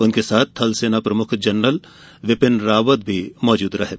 उनके साथ थल सेना प्रमुख जनरल बिपिन रावत की भी थे